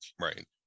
right